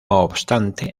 obstante